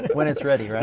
when it's ready, right?